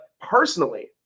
personally